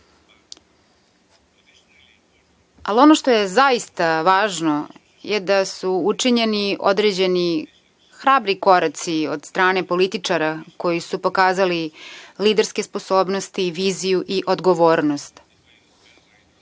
zločina. Ono što je zaista važno je da su učinjeni određeni hrabri koraci od strane političara koji su pokazali liderske sposobnosti, viziju i odgovornost.